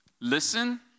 listen